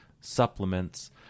supplements